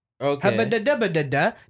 Okay